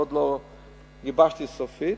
עוד לא גיבשתי סופית,